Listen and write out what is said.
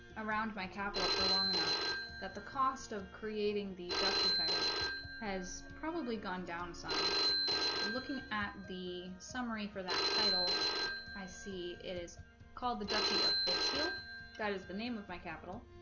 around my capital for long enough that the cost of creating the duchy title has probably gone down some looking at the summary for that title i see it is called the duchy of it tiel that is the name of my capital